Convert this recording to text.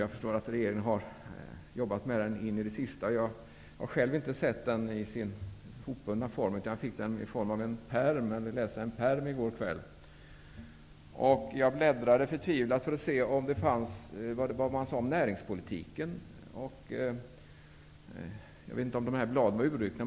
Jag förstår att regeringen har jobbat med den in i det sista. Jag har själv inte sett den i dess hopbundna form, utan jag fick den i går kväll i form av en pärm att läsa i. Jag bläddrade förtvivlat för att få se vad man sade om näringspolitiken. Jag vet inte om bladen om det avsnittet möjligen var urryckta.